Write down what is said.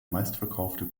meistverkaufte